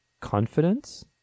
confidence